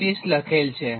25 લખેલ છે